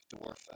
dwarf